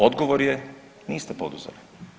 Odgovor je niste poduzeli.